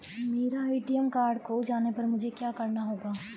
मेरा ATM card खो जाने पर मुझे क्या करना होगा?